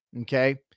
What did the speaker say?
okay